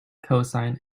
cosine